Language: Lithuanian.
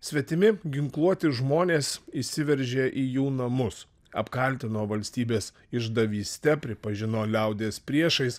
svetimi ginkluoti žmonės įsiveržia į jų namus apkaltino valstybės išdavyste pripažino liaudies priešais